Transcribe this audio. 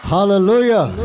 Hallelujah